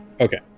Okay